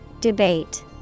Debate